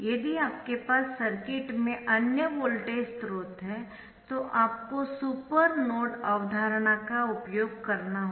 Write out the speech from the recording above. यदि आपके पास सर्किट में अन्य वोल्टेज स्रोत है तो आपको सुपर नोड अवधारणा का उपयोग करना होगा